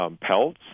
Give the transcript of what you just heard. pelts